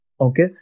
Okay